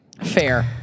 Fair